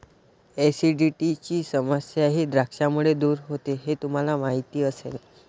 ऍसिडिटीची समस्याही द्राक्षांमुळे दूर होते हे तुम्हाला माहिती असेल